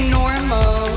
normal